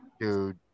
Dude